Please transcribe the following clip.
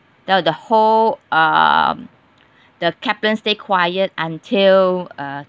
the the whole um the kaplan stay quiet until uh